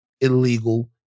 illegal